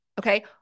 okay